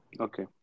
okay